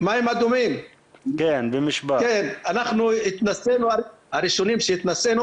אנחנו הראשונים שהתנסינו.